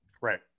Right